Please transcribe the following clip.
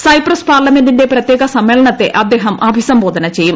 Cyprus പാർലമെന്റിന്റെ പ്രത്യേക സമ്മേളനത്തെ അദ്ദേഹം അഭിസംബോധന ചെയ്യും